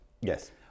yes